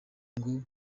ngo